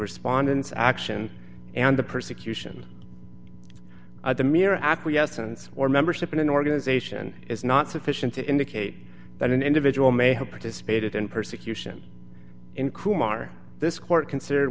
respondents action and the persecution the mere acquiescence or membership in an organization is not sufficient to indicate that an individual may have participated in persecution in kumar this court considered